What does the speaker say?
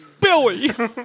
Billy